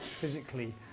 physically